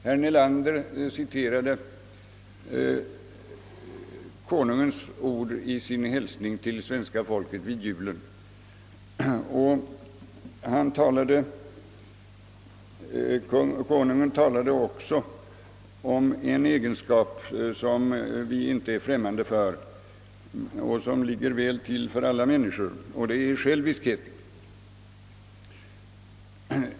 Herr Nelander citerade konnungens ord i sin hälsning till svenska folket vid jultiden. Konungen talade också om en egenskap som vi inte är främmande för och som ligger väl till för alla människor, nämligen själviskheten.